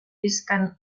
lliscant